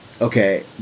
okay